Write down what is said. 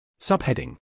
Subheading